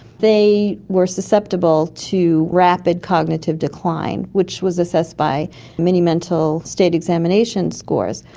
they were susceptible to rapid cognitive decline, which was assessed by many mental state examination scores.